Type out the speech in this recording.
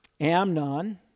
Amnon